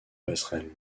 passerelle